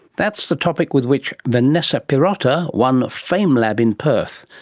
that's the topic with which vanessa pirotta won famelab in perth,